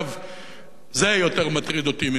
זה יותר מטריד אותי מן הגרעין האירני,